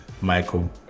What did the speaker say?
Michael